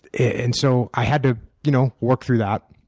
and so i had to you know work through that.